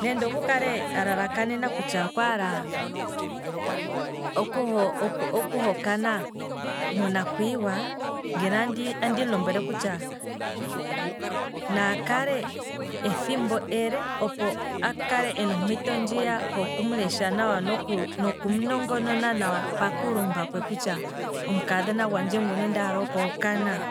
Nande oku kale alalaka nena kutya okwaala oku hokana mona kwiiwa. ngeno andimu lombwele kutya nakale ena ethimbo ele. a kale ena ompito ndjiya hokumulesha hoku mulesha nawa nokumu nongonona nawa, paku lumba kwawo kutya omukadhona gwandje ngu ndaala oku okana